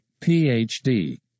Ph.D